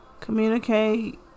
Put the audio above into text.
Communicate